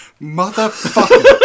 Motherfucker